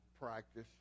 practice